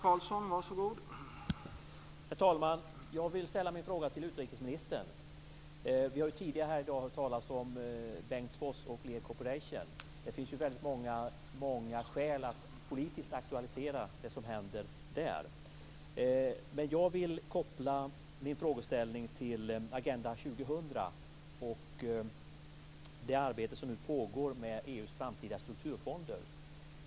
Herr talman! Jag vill ställa min fråga till utrikesministern. Vi har ju tidigare här i dag hört talas om Bengtsfors och Lear Corporation, och det finns många skäl att politiskt aktualisera det som händer där. Jag vill koppla min frågeställning till Agenda 2000 och det arbete som nu pågår med EU:s framtida strukturfonder.